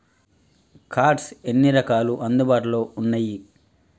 Cards ఎన్ని రకాలు అందుబాటులో ఉన్నయి?